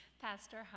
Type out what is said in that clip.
Pastor